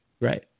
Right